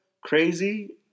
Crazy